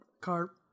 Carp